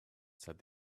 said